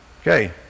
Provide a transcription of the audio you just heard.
Okay